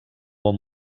bon